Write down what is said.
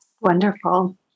Wonderful